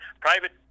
private